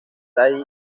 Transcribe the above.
ahí